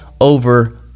over